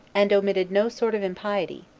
and omitted no sort of impiety,